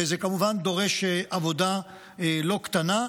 וזה כמובן דורש עבודה לא קטנה.